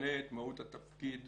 שמשנה את מהות התפקיד